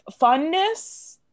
funness